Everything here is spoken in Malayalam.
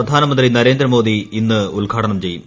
പ്രധാനമന്ത്രി നരേന്ദ്രമോദി ഇന്ന് ഉദ്ഘാടനം ചെയ്യും